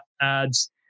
ads